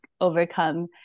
overcome